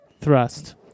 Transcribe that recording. thrust